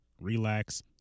relax